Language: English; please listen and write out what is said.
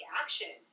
action